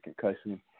concussion